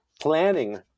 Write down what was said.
planning